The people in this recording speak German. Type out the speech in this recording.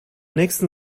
nächsten